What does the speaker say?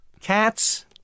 Cats